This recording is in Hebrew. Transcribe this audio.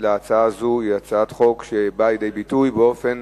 זאת הצעת חוק שבאה לידי ביטוי באופן